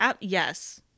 Yes